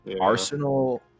Arsenal